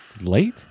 late